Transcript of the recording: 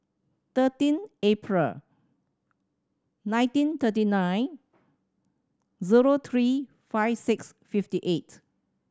thirteen April nineteen thirty nine zero three five six fifty eight